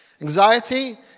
anxiety